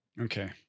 Okay